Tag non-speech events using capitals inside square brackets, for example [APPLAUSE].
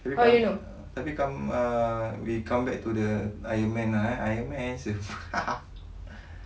tapi come tapi come err we come back to the ironman lah eh ironman handsome [LAUGHS] [BREATH]